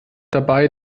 dabei